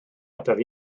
ataf